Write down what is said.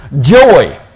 Joy